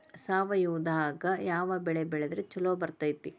ಸಾವಯವದಾಗಾ ಯಾವ ಬೆಳಿ ಬೆಳದ್ರ ಛಲೋ ಬರ್ತೈತ್ರಿ?